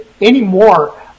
Anymore